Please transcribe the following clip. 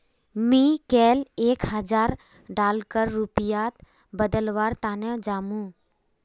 मी कैल एक हजार डॉलरक रुपयात बदलवार तने जामु